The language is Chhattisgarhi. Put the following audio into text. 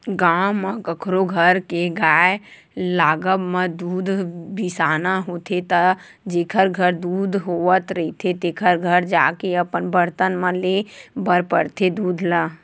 गाँव म कखरो घर के गाय लागब म दूद बिसाना होथे त जेखर घर दूद होवत रहिथे तेखर घर जाके अपन बरतन म लेय बर परथे दूद ल